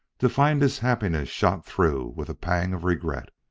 to find his happiness shot through with a pang of regret.